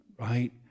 right